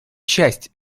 часть